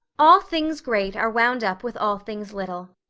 all things great are wound up with all things little.